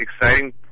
exciting